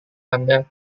anda